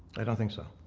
i don't think so.